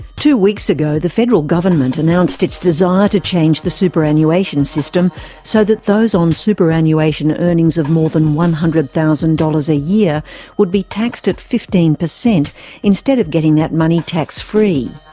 two weeks ago the federal government announced its desire to change the superannuation system so that those on superannuation earnings of more than one hundred thousand dollars a year would be taxed at fifteen percent instead getting that money tax-free.